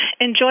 enjoy